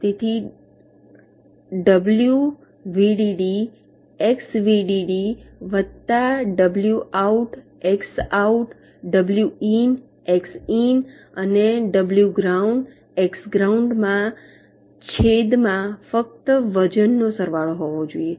તેથી W VDD X VDD વત્તા W out X out W in X in અને W ground X ground માં છેદ માં ફક્ત વજન નો સરવાળો હોવો જોઈએ